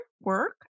work